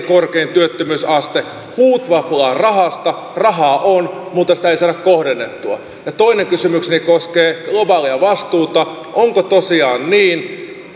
korkein työttömyysaste huutava pula rahasta rahaa on mutta sitä ei saada kohdennettua toinen kysymykseni koskee globaalia vastuuta onko tosiaan niin